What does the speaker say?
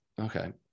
Okay